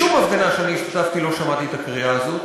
בשום הפגנה שאני השתתפתי לא שמעתי את הקריאה הזאת.